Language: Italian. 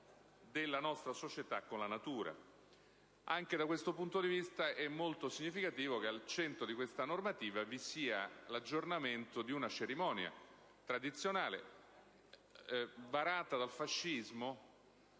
della nostra società con la natura. Anche da questo punto di vista è molto significativo che al centro di questa normativa vi sia l'aggiornamento di una cerimonia tradizionale varata dal fascismo,